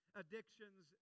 addictions